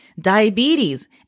diabetes